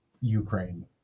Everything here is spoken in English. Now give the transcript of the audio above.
Ukraine